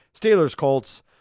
Steelers-Colts